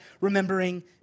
remembering